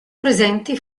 presenti